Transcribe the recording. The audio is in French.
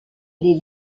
les